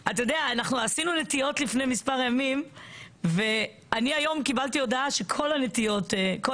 עשינו נטיעות לפני מספר ימים והיום קיבלתי הודעה שכל העצים